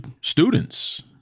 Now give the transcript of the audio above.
students